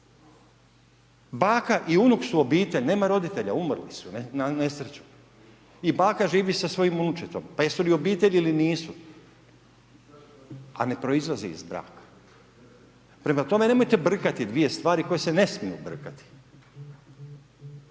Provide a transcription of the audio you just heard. Baka i unuk su obitelj, nema roditelja, umrli su ne, na nesreću i baka živi sa svojim unučetom, pa jesu li obitelj ili nisu, a ne proizlazi iz braka. Prema tome, nemojte brkati dvije stvari koje se ne smiju brkati.